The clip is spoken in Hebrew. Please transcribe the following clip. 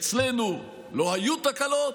אצלנו לא היו תקלות,